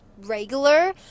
regular